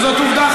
וזאת עובדה,